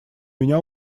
меня